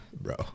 Bro